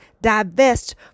divest